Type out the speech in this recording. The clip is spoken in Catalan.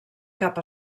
cap